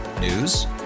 News